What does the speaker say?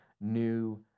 new